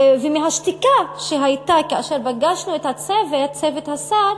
מהשתיקה שהייתה כאשר פגשנו את הצוות, צוות השר,